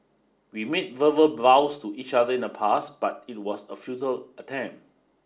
we made verbal vows to each other in the past but it was a futile attempt